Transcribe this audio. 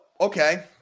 okay